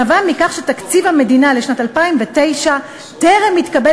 שנבעה מכך שתקציב המדינה לשנת 2009 טרם התקבל